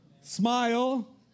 Smile